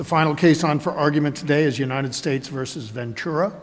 the final case on for argument today is united states versus ventura